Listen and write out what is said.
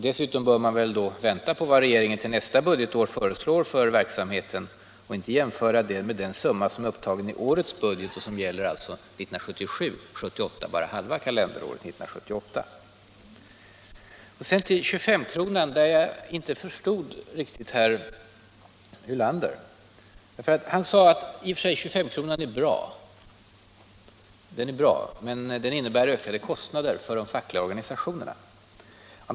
Dessutom bör man väl vänta på vad regeringen nästa budgetår föreslår för verksamheten och inte jämföra med den summa som är upptagen i årets budget och som alltså gäller 1977 och bara halva kalenderåret 1978. När det gäller 25-kronan tror jag inte riktigt att herr Ulander gav den rätta bilden. Han sade att 25-kronan i och för sig är bra men att den innebär ökade kostnader för de fackliga organisationerna.